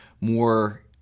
more